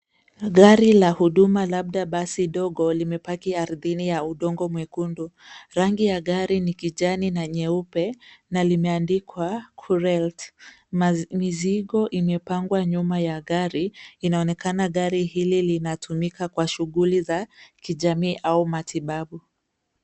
Gari la huduma labda basi dogo limepaki ardhini ya udongo mwekundu. Rangi ya gari ni kijani na nyeupe, na limeandikwa cruelt . Mizigo imepangwa nyuma ya gari, inaonekana gari hili linatumika kwa shughuli za kijamii au matibabu.